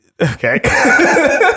Okay